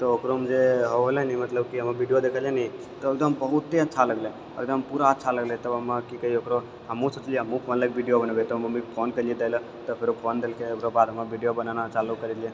तऽ ओकरोमे जे होलै ने मतलब की हमे वीडियो देखलियै ने एकदम बहुते अच्छा लागले एकदम पूरा अच्छा लागलै तब हमे की कहियो ओकरो हमहुँ सोचलियै हमहुँ फोन लेके वीडियो बनेबै तब मम्मीके फोन कहलियै दै ले तब फेर ओ फोन देलकै ओकर बाद हमर वीडियो बनेनाय चालू करी देलियै